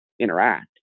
interact